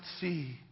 see